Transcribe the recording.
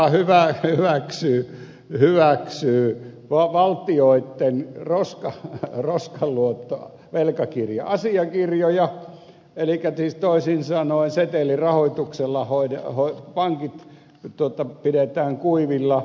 no ne ottavat sen tietysti euroopan keskuspankilta joka hyväksyy valtioitten roskaluottovelkakirja asiakirjoja elikkä siis toisin sanoen setelirahoituksella pankit pidetään kuivilla